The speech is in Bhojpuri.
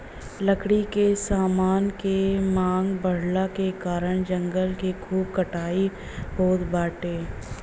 लकड़ी के समान के मांग बढ़ला के कारण जंगल के खूब कटाई होत बाटे